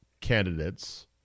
candidates